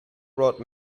brought